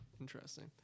Interesting